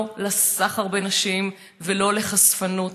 לא לסחר בנשים ולא לחשפנות.